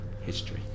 history